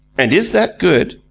and is that good?